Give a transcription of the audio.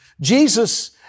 Jesus